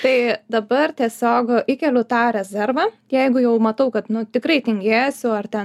tai dabar tiesiog įkeliu tą rezervą jeigu jau matau kad nu tikrai tingėsiu ar ten